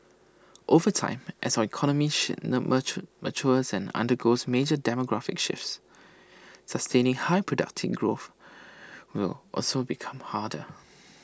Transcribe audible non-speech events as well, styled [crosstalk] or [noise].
over time as our economy [unintelligible] matures and undergoes major demographic shifts [noise] sustaining high productivity growth [noise] will also become harder [noise]